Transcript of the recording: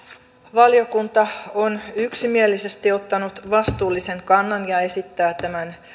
valiokunta on yksimielisesti ottanut vastuullisen kannan ja esittää tämän